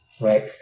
right